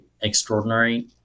extraordinary